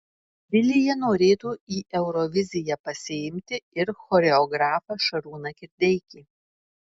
vilija norėtų į euroviziją pasiimti ir choreografą šarūną kirdeikį